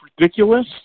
ridiculous